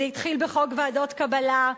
זה התחיל בחוק ועדות קבלה,